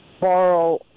borrow